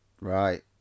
Right